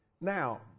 Now